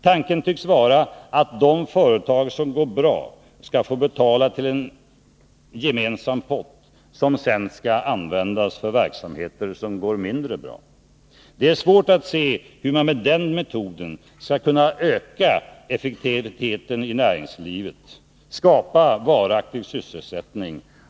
Tanken tycks vara att de företag som går bra skall få betala till en gemensam pott, som sedan skall användas för verksamheter som går mindre bra. Det är svårt att se hur man med den metoden skall kunna öka effektiviteten i näringslivet och skapa varaktig sysselsättning.